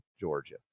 Georgia